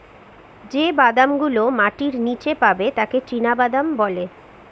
যে বাদাম গুলো মাটির নীচে পাবে তাকে চীনাবাদাম বলে